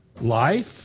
life